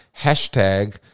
hashtag